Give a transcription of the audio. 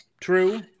true